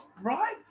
Right